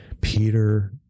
Peter